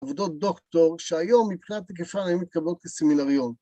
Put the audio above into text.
עבודות דוקטור, שהיום מבחינת היקפם היו מתקבלות לסימינריון